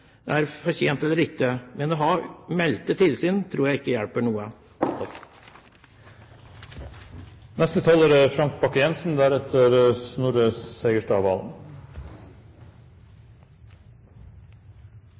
er fortjent eller ikke: Å ha meldte tilsyn tror jeg ikke hjelper noe.